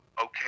okay